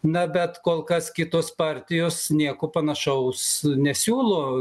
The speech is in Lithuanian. na bet kol kas kitos partijos nieko panašaus nesiūlo